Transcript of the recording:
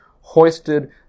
hoisted